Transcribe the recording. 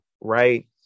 Right